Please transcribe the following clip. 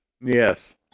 Yes